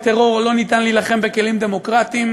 בטרור לא ניתן להילחם בכלים דמוקרטיים,